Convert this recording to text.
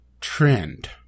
trend